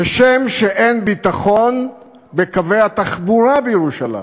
כשם שאין ביטחון בקווי התחבורה בירושלים,